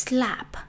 Slap